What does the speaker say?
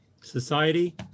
society